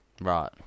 Right